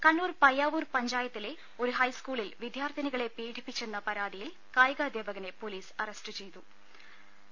കണ്ണൂർ പയ്യാവൂർ പഞ്ചായത്തിലെ ഒരു ഹൈസ്കൂളിൽ വിദ്യാർത്ഥിനികളെ പീഡിപ്പിച്ചെന്ന പരാതിയിൽ കായികാധ്യാപ്കനെ പൊലീസ് കസ്റ്റഡിയിലെടുത്തു